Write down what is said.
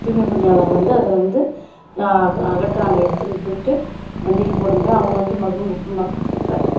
தூய்மைப் பணியாளர் வந்து அதை வந்து அக அகற்றுகிறாங்க எடுத்துன்னு போய்ட்டு வண்டியில போட்டுன்னு போய் அவங்க வந்து மக்கும் குப்பை மக்காத குப்பை